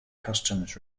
customs